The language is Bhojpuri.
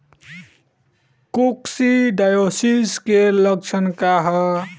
कोक्सीडायोसिस के लक्षण का ह?